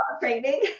training